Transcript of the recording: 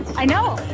i know.